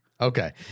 Okay